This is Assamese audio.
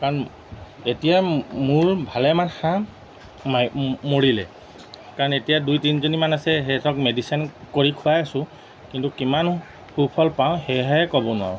কাৰণ এতিয়া মোৰ ভালেমান হাঁহ মা মৰিলে কাৰণ এতিয়া দুই তিনিজনীমান আছে সিহঁতক মেডিচিন কৰি খোৱাই আছোঁ কিন্তু কিমান সুফল পাওঁ সেয়েহে ক'ব নোৱাৰোঁ